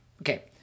Okay